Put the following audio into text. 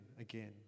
again